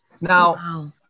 Now